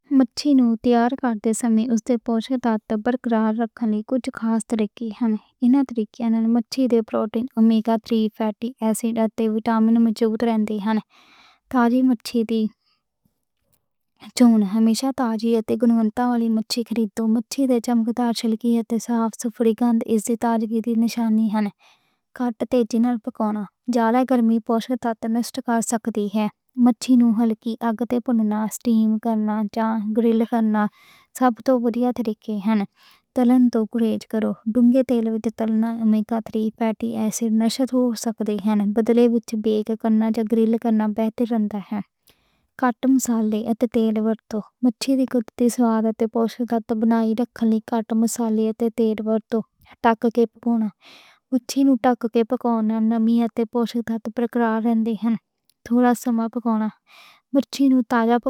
مچھلی نوں تیار کرن دے سمیں اس تے پوشک برقرار رکھن لئی کُجھ خاص طریقے ہن نے۔ ایناں طریقیاں نال مچھلی دے protein, omega three fatty acid تے وٹامن رہن دے ہن۔ تازہ مچھلی دی چون ہمیشہ تازہ اتے گنوتا والی مچھلی چُنو، مچھلی دے چنگے نشان کی ہن تے صاف صفائی تے اس دی تازگی دیاں نشانیاں نیں۔ کرنے جِنال پکنّا زیادہ گرمی پوشک نوں سَٹ کر سکتی ہے۔ مچھلی نوں حلکی آنچ تے پوچنگ، سٹیمِنگ یا گرلِنگ سب توں ودھیا طریقہ ہے۔ تلن توں پرہیز کرو کیوں کہ تیل وِچ تلنا اومیگا تھری فیٹی ایسڈ نوں نقصان پہنچا سکدا ہے۔ بدلے وِچ بیک کرنا یا گرل کرنا بہتر رہندا ہے۔ کٹ مسالے آؤں اتے تیل ورتّو، مچھلی دی پوشک تے بناوٹ لئی ہلکے مسالے تے کٹ تیل ورتّو۔ ٹکّے پکوڑا، ٹکّے پکوڑا اتے نمی تے پوشک تت برقرار رہن دے ہن۔ تھوڑی سمیں نال پکاؤ، مرچ نوں تازہ۔